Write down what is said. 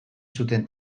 zuten